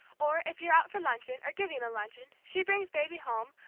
or, if you're out for luncheon, or giving a luncheon, she brings baby home,